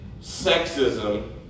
sexism